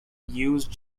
use